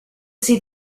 see